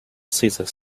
cesar